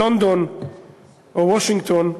לונדון או וושינגטון,